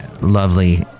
Lovely